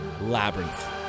Labyrinth